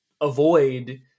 avoid